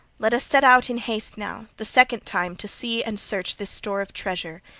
let us set out in haste now, the second time to see and search this store of treasure,